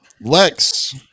Lex